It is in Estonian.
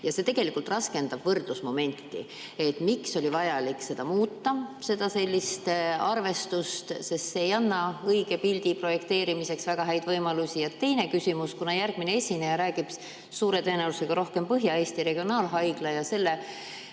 ja see tegelikult raskendab võrdlust. Miks oli vajalik seda arvestust muuta? See ei anna õige pildi projekteerimiseks väga häid võimalusi. Ja teine küsimus: kuna järgmine esineja räägib suure tõenäosusega rohkem Põhja-Eesti Regionaalhaigla seisust,